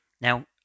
now